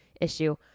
issue